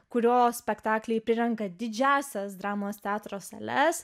kurio spektakliai prirenka didžiąsias dramos teatro sales